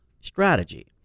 strategy